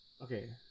Okay